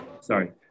sorry